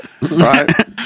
right